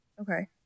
okay